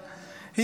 בנגב,